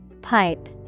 Pipe